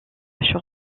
tâche